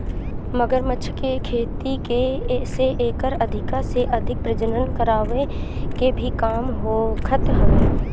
मगरमच्छ के खेती से एकर अधिका से अधिक प्रजनन करवाए के भी काम होखत हवे